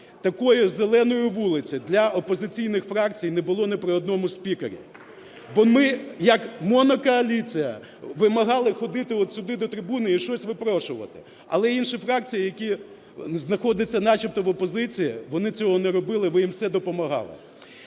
такої зеленої вулиці для опозиційних фракцій не було ні при одному із спікерів. Бо ми як монокоаліція, вимагали ходити сюди до трибуни і щось випрошувати. Але інші фракції, які знаходяться начебто в опозиції, вони цього не робили, ви їм все допомагали.